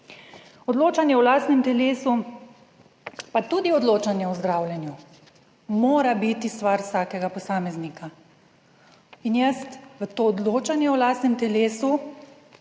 Odločanje o lastnem telesu, pa tudi odločanje o zdravljenju, mora biti stvar vsakega posameznika. In jaz v to odločanje o lastnem telesu